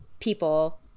people